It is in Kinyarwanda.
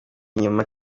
inyuma